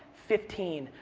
fifteen,